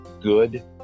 good